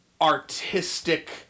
artistic